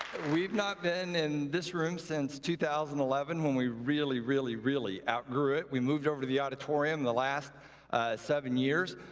we've not been in this room since two thousand and eleven when we really, really, really outgrew it. we moved over to the auditorium the last seven years.